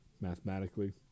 mathematically